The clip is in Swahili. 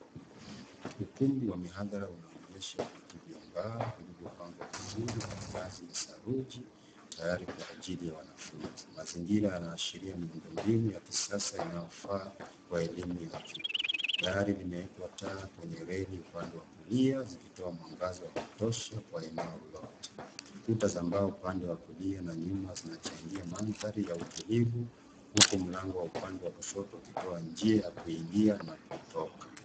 Ukumbi wa mihadhara unaonyesha viti vya mbao vilivyopangwa vizuri kwa ngazi ya saruji tayari kwa ajili ya wanafunzi. Mazingira yanaashiria miundombinu ya kisasa inayofaa kwa elimu ya juu. Dari limewekwa taa kwenye reli upande wa kulia zikitoa mwangaza wa kutosha kwa eneo lote. Kuta za mbao upande wa kulia na nyuma zinachangia mandhari ya utulivu, huku mlango wa upande wa kushoto ukitoa njia ya kuingia na kutoka.